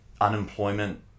unemployment